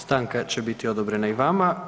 Stanka će biti odobrena i vama.